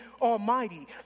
Almighty